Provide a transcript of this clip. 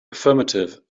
affirmative